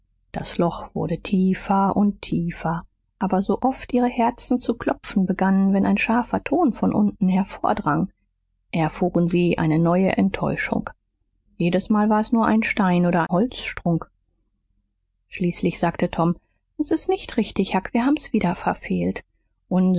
das loch wurde tiefer und tiefer aber so oft ihre herzen zu klopfen begannen wenn ein scharfer ton von unten hervordrang erfuhren sie eine neue enttäuschung jedesmal war's nur ein stein oder holzstrunk schließlich sagte tom s ist nicht richtig huck wir haben's wieder verfehlt